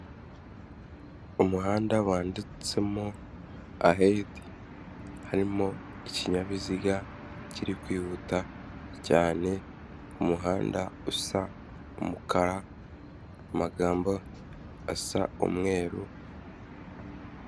Umuhanda wanditsemo ahedi. Harimo ikinyabiziga kiri kwihuta cyane. Umuhanda usa umukara, mu magambo asa umweru.